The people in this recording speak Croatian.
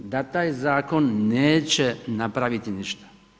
Da taj zakon neće napraviti ništa.